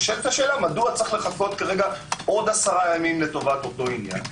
נשאלת השאלה מדוע יש לחכות עוד עשרה ימים לטובת אותו עניין.